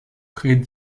près